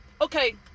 okay